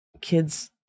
kids